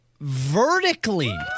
vertically